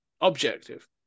objective